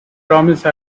promise